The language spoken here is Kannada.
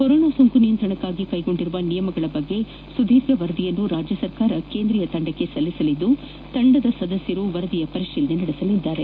ಕೊರೋನಾ ಸೋಂಕು ನಿಯಂತ್ರಣಕ್ಕಾಗಿ ಕೈಗೊಂಡಿರುವ ನಿಯಮಗಳ ಕುರಿತ ಸುದೀರ್ಘ ವರದಿಯನ್ನು ರಾಜ್ಯ ಸರ್ಕಾರ ಕೇಂದ್ರೀಯ ತಂಡಕ್ಕೆ ಸಲ್ಲಿಸಲಿದ್ದು ತಂಡದ ಸದಸ್ಟರು ವರದಿಯ ಪರಿಶೀಲನೆ ನಡೆಸಲಿದ್ದಾರೆ